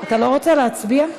אתה לא רוצה להצביע?